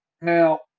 Now